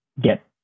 get